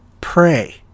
Pray